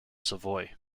savoy